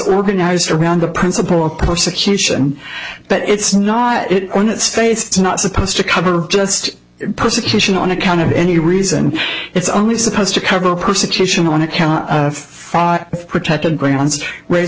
organized around the principle of persecution but it's not it on it's face it's not supposed to cover just persecution on account of any reason it's only supposed to cover persecution on account of protected grounds race